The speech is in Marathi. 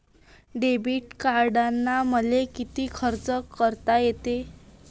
डेबिट कार्डानं मले किती खर्च करता येते?